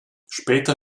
später